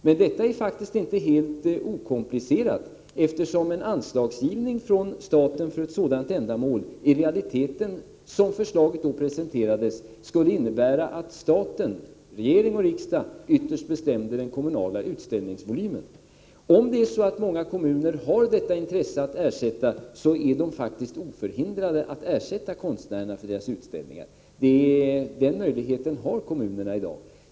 Men detta är faktiskt inte helt okomplicerat, eftersom en anslagsgivning från staten för ett sådant här ändamål i realiteten, enligt det presenterade förslaget, skulle innebära att staten — regering och riksdag — ytterst bestämde den kommunala utställningsvolymen. Om det är så att många kommuner har detta intresse att lämna ersättning, så är de faktiskt oförhindrade att ersätta konstnärerna för deras utställningar. Den möjligheten har kommunerna alltså i dag.